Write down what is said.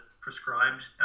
prescribed